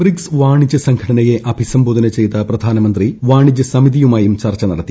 BRICS വാണിജ്യ സംഘടനയെ അഭിസംബോധന ചെയ്ത പ്രധാനമന്ത്രി ബ്രിക്സ് വാണിജ്യ സമിതിയുമായും ചർച്ച നടത്തി